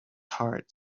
heart